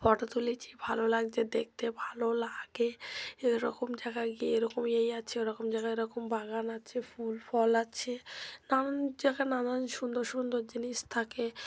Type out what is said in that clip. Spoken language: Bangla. ফটো তুলেছি ভালো লাগছে দেখতে ভালো লাগে এরকম জায়গা গিয়ে এরকম এই আছে এরকম জায়গায় এরকম বাগান আছে ফুল ফল আছে নানান জায়গায় নানান সুন্দর সুন্দর জিনিস থাকে